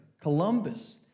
Columbus